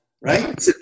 right